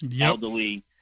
elderly